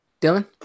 Dylan